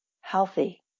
healthy